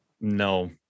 No